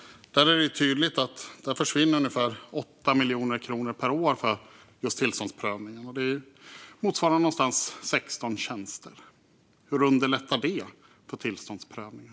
Där försvinner ungefär 8 miljoner kronor per år för just tillståndsprövningen. Det motsvarar nästan 16 tjänster. Hur underlättar det för tillståndsprövningen?